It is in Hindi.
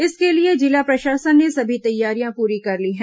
इसके लिए जिला प्रशासन ने सभी तैयारियां पूरी कर ली हैं